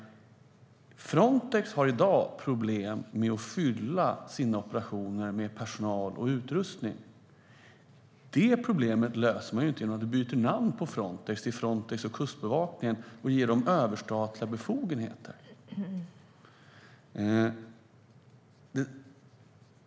Frontex har i dag problem med att fylla sina operationer med personal och utrustning. Det problemet löser man inte genom att byta namn på Frontex till Frontex för kustbevakningen och ge dem överstatliga befogenheter.